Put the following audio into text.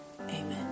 amen